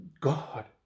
God